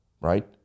right